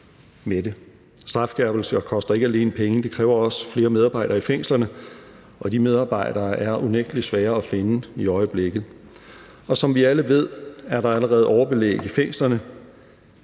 Strafskærpelser koster ikke alene penge, det kræver også flere medarbejdere i fængslerne, og de medarbejdere er unægtelig svære at finde i øjeblikket, og som vi alle ved, er der allerede overbelægning i fængslerne.